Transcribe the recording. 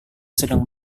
sedang